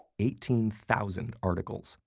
eighteen thousand articles,